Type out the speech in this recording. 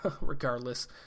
regardless